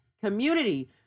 community